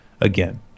again